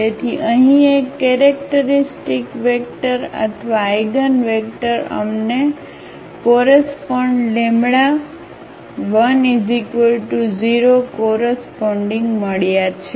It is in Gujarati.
તેથી અહીં એક કેરેક્ટરિસ્ટિક વેક્ટર અથવા આઇગનવેક્ટર અમને correspondλ10કોરસપોન્ડીગ મળ્યાં છે